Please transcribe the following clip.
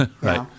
right